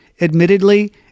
admittedly